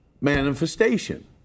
manifestation